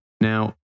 Now